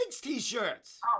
t-shirts